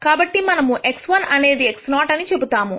కాబట్టి మనము x1 అనేది x0 అని చెబుతాము